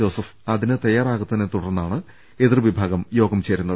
Joseph അതിന് തയ്യാറാകാത്തതിനെ ത്തുടർന്നാണ് എതിർ വിഭാഗം യോഗം ചേരുന്നത്